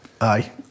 Aye